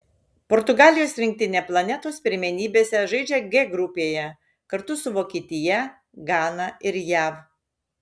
portugalijos rinktinė planetos pirmenybėse žaidžia g grupėje kartu su vokietija gana ir jav